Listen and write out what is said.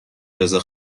رضا